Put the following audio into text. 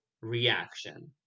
reaction